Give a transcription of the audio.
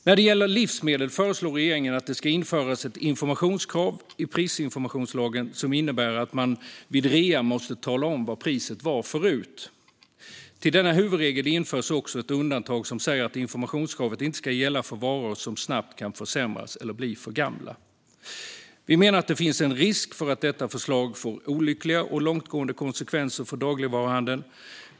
När det gäller livsmedel föreslår regeringen att det ska införas ett informationskrav i prisinformationslagen som innebär att man vid rea måste tala om vad priset var förut. Till denna huvudregel införs också ett undantag som säger att informationskravet inte ska gälla för varor som snabbt kan försämras eller bli för gamla. Vi menar att det finns en risk för att detta förslag får olyckliga och långtgående konsekvenser för dagligvaruhandeln.